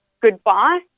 goodbye